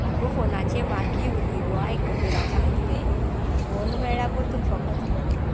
आगो फोनाचे मागीर उलय गो आयको पयली हांव सांगता तें फोन मेळ्ळ्या पुरो तुका फकत